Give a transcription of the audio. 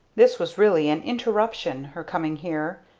this was really an interruption her coming here,